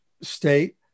state